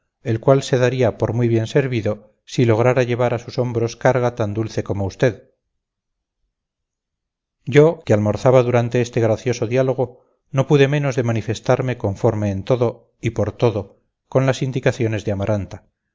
el cual se daría por muy bien servido si lograra llevar a sus hombros carga tan dulce como usted yo que almorzaba durante este gracioso diálogo no pude menos de manifestarme conforme en todo y por todo con las indicaciones de amaranta